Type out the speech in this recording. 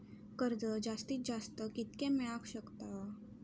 कर्ज जास्तीत जास्त कितक्या मेळाक शकता?